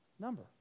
number